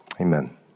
Amen